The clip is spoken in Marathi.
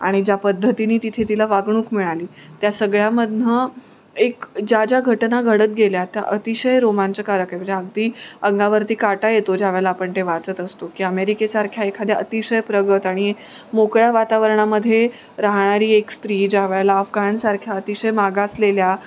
आणि ज्या पद्धतीनी तिथे तिला वागणूक मिळाली त्या सगळ्यामधून एक ज्या ज्या घटना घडत गेल्या त्या अतिशय रोमांचकारक आहे म्हणजे अगदी अंगावरती काटा येतो ज्यावेळेला आपण ते वाचत असतो की अमेरिकेसारख्या एखाद्या अतिशय प्रगत आणि मोकळ्या वातावरणामध्ये राहणारी एक स्त्री ज्यावेळेला अफगाणसारख्या अतिशय मागासलेल्या